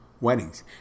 weddings